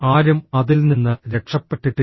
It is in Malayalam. ആരും അതിൽ നിന്ന് രക്ഷപ്പെട്ടിട്ടില്ല